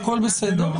הכול בסדר.